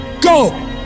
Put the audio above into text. go